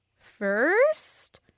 first